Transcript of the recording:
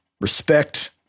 respect